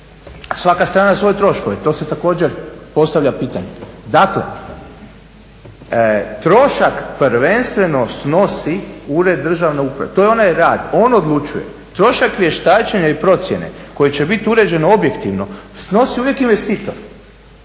svaka strana svoje troškove, to se također postavlja pitanje. Dakle trošak prvenstveno snosi ured državne uprave. To je onaj rad, on odlučuje trošak vještačenja i procjene koji će biti uređeno objektivno snosi uvijek investitor.